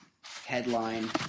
Headline